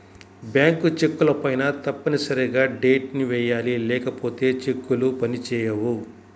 bank చెక్కులపైన తప్పనిసరిగా date ని వెయ్యాలి లేకపోతే చెక్కులు పని చేయవు